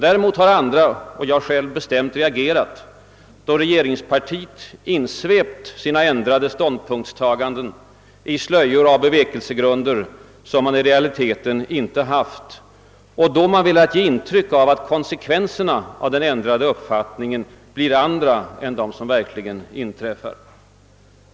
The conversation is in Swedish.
Däremot har andra och jag själv bestämt reagerat då regeringspartiet insvept sina ändrade ståndpunktstaganden i slöjor av bevekelsegrunder som man i realiteten inte haft och då velat ge intryck av att konsekvenserna av den ändrade uppfattningen blir andra än de som verkligen inträffar.